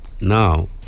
Now